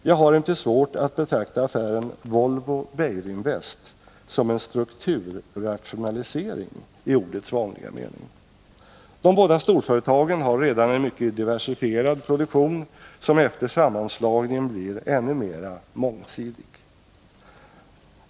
Jag har litet svårt att betrakta affären Volvo-Beijerinvest som en strukturrationalisering i ordets vanliga mening. De båda storföretagen har redan en mycket diversifierad produktion, som efter sammanslagningen blir ännu mera mångsidig.